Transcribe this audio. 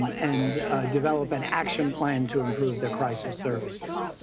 um and develop an action plan to improve the crisis services.